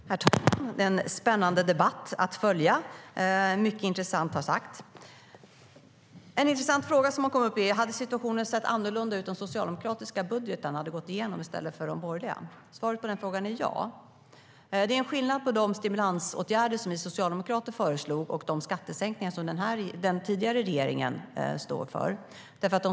Herr talman! Det är en spännande debatt att följa. Mycket intressant har sagts. En intressant fråga som har kommit upp är om situationen hade sett annorlunda ut om de socialdemokratiska budgetarna hade gått igenom i stället för de borgerliga. Svaret på frågan är ja. Det är skillnad på de stimulansåtgärder som vi socialdemokrater föreslog och de skattesänkningar som den tidigare regeringen stod för.